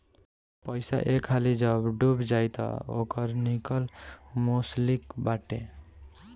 पईसा एक हाली जब डूब जाई तअ ओकर निकल मुश्लिक बाटे